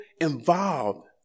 involved